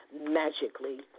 magically